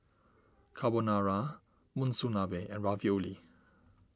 Carbonara Monsunabe and Ravioli